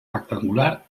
rectangular